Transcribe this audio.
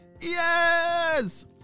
Yes